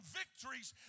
victories